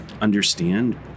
understand